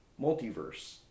multiverse